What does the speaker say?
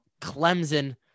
Clemson